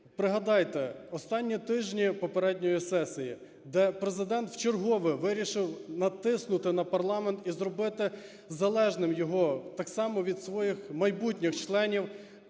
Пригадайте останні тижні попередньої сесії, де Президент вчергове вирішив натиснути на парламент і зробити залежним його так само від своїх майбутніх членів